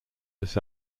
this